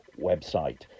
website